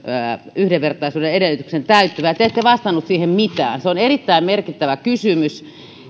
yhdenvertaisuuden edellytyksen täyttävä ja te ette vastannut siihen mitään se on erittäin merkittävä kysymys